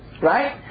right